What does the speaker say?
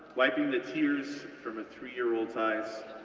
wiping the tears from a three-year-old's eyes,